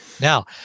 Now